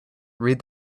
read